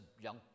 young